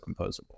composable